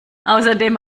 außerdem